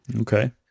Okay